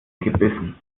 gebissen